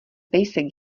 pejsek